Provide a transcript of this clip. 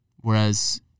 Whereas